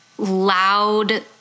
loud